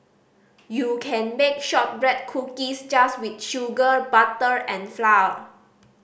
you can bake shortbread cookies just with sugar butter and flour